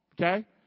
okay